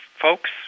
folks